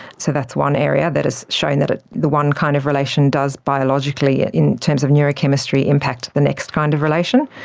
so that's one area that has shown that ah the one kind of relation does biologically in terms of neurochemistry impact the next kind of relation.